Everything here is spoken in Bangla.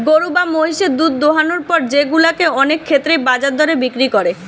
গরু বা মহিষের দুধ দোহানোর পর সেগুলা কে অনেক ক্ষেত্রেই বাজার দরে বিক্রি করে